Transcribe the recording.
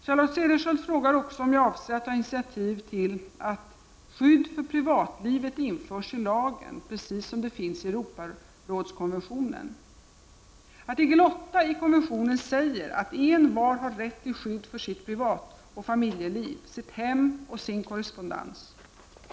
Charlotte Cederschiöld frågar också om jag avser att ta initiativ till att skydd för privatlivet införs i lagen precis som det finns i Europarådskonventionen. Artikel 8 i konventionen säger att envar har rätt till skydd för sitt privatoch familjeliv, sitt hem och sin korrespondens.